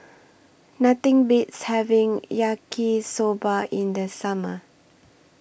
Nothing Beats having Yaki Soba in The Summer